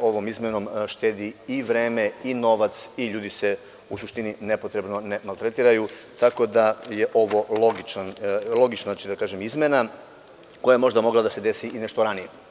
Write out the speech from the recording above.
ovom izmenom štedi i vreme i novac i ljudi se nepotrebno ne maltretiraju, tako da je ovo logična izmena koja je možda mogla da se desi i nešto ranije.